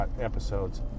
episodes